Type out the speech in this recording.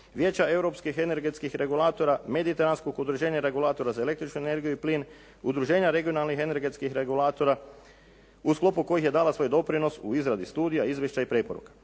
Vijeća europskih energetskih regulatora, Mediteranskog udruženja regulatora za električnu energiju i plin, Udruženja regionalnih energetskih regulatora u sklopu kojih je dala svoj doprinos u izradi studija, izvješća i preporuka.